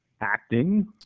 acting